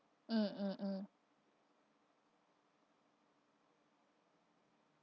mm mm mm